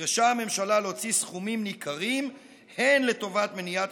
נדרשה הממשלה להוציא סכומים ניכרים הן לטובת מניעת